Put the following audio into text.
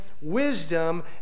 wisdom